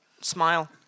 Smile